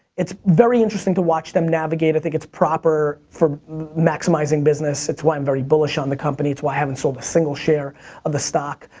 it's very interesting to watch them navigate. i think it's proper for maximizing business. it's why i'm very bullish on the company. it's why i haven't sold a single share of the stock.